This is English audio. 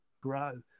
grow